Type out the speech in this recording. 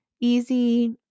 easy